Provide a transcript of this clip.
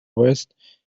west